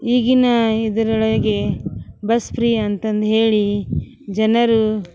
ಈಗಿನ ಇದರೊಳಗೆ bus free ಅಂತಂದು ಹೇಳಿ ಜನರು